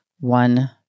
one